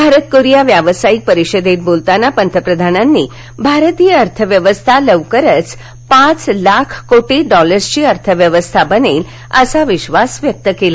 Bharat Korea व्यावसायिक परिषदेत बोलताना पंतप्रधानांनीभारतीय अर्थ व्यवस्था लवकरच पाच लाख कोटी डॉलरची अर्थ व्यवस्था बनेल असा विश्वास व्यक्त केला